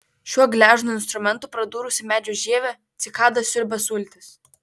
šiuo gležnu instrumentu pradūrusi medžio žievę cikada siurbia sultis